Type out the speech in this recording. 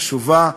חשובה,